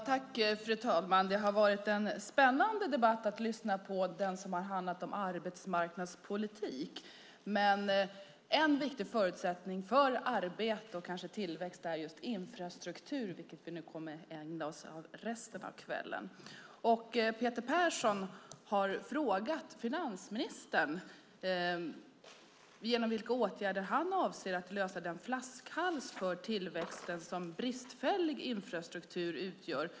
Fru talman! Det har varit en spännande debatt att lyssna på, den som har handlat om arbetsmarknadspolitik. En viktig förutsättning för arbete och tillväxt är infrastruktur, vilket vi nu kommer att ägna resten av kvällen åt. Peter Persson har frågat finansministern genom vilka åtgärder han avser att lösa den flaskhals för tillväxten som bristfällig infrastruktur utgör.